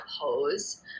pose